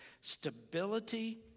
Stability